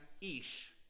ish